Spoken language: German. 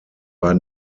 war